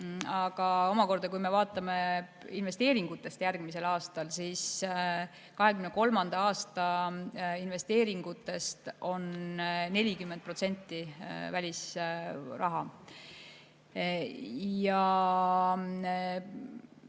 Aga omakorda, kui me vaatame investeeringuid järgmisel aastal, siis 2023. aasta investeeringutest on 40% välisraha.